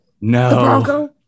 No